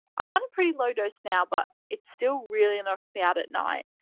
i'm on a pretty low dose now but it still really knocks me out at night.